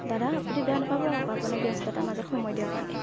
দাদা আপুনি বেয়া নাপাব আকৌ আপোনাৰ ব্যস্ততাৰ মাজত সময় দিয়াৰ কাৰণে